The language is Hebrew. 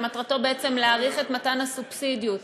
ומטרתו להאריך את מתן הסובסידיות